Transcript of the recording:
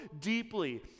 deeply